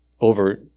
over